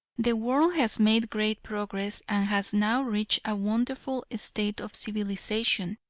the world has made great progress and has now reached a wonderful state of civilization,